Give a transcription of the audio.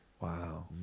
Wow